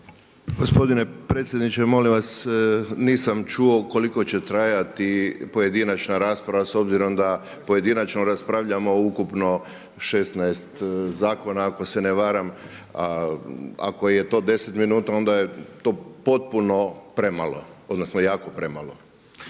Gospodine predsjedniče, molim vas nisam čuo koliko će trajati pojedinačna rasprava s obzirom da pojedinačno raspravljamo ukupno 16 zakona ako se ne varam, a ako je to 10 minuta onda je to potpuno premalo, odnosno jako premalo.